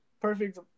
perfect